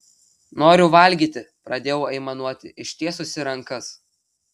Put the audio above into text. noriu valgyti pradėjau aimanuoti ištiesusi rankas